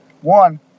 One